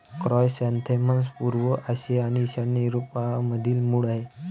chrysanthemums पूर्व आशिया आणि ईशान्य युरोपमधील मूळ आहेत